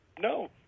No